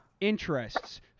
interests